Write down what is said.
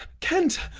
kent!